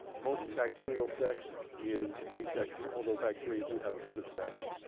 most bacterial sex is asexual, although bacteria do have a bit of sex.